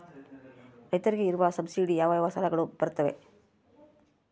ರೈತರಿಗೆ ಇರುವ ಸಬ್ಸಿಡಿ ಯಾವ ಯಾವ ಸಾಲಗಳು ಬರುತ್ತವೆ?